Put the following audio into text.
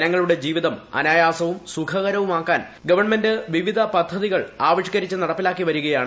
ജനങ്ങളുടെ ജീവിതം അനായാസവും സുഖകരവുമാക്കാൻ ഗ്ര്പ്പൺമെന്റ് വിവിധ പദ്ധതികൾ ആവിഷ്ക്കരിച്ച് നടപ്പിലാക്കി പ്രിക്യാണ്